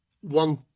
one